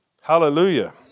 Hallelujah